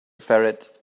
ferret